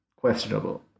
questionable